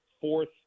fourth